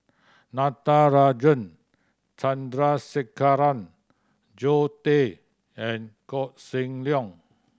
Natarajan Chandrasekaran Zoe Tay and Koh Seng Leong